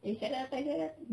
eh cheryl datang cheryl datang